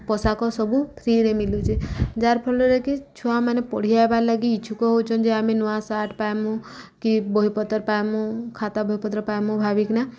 ପୋଷାକ ସବୁ ଫ୍ରିରେ ମିଲୁଚେ ଯାର୍ ଫଳରେକି ଛୁଆମାନେ ପଢ଼ିଆଏବାର୍ ଲାଗି ଇଚ୍ଛୁକ ହଉଚନ୍ ଯେ ଆମେ ନୂଆ ସାର୍ଟ୍ ପାଏମୁ କି ବହିପତ୍ର ପାଏମୁ ଖାତା ବହିପତ୍ର ପାଏମୁ ଭାବିକିନା